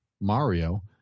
Mario